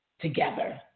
together